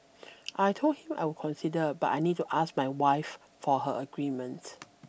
I told him I would consider but I need to ask my wife for her agreement